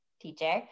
teacher